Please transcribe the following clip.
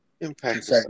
Impact